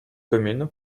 communes